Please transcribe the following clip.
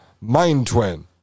mind-twin